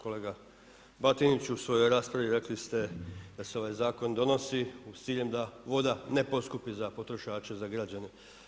Kolega Batiniću u svojoj raspravi rekli ste da se ovaj zakon donosi s ciljem da voda ne poskupi za potrošače za građane.